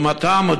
לעומתם,